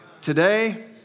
Today